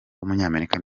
w’umunyamerika